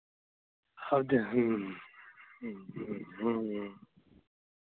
हर जगह ह्म्म ह्म्म ह्म्म